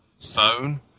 phone